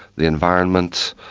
the environment,